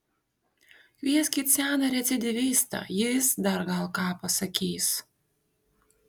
kvieskit seną recidyvistą jis dar gal ką pasakys